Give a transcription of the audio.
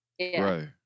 Right